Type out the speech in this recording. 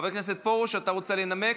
אתה רוצה לנמק?